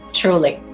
truly